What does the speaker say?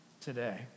today